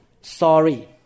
Sorry